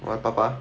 我的爸爸